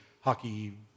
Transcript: hockey